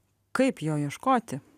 kaip jo ieškoti